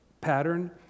pattern